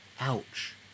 Ouch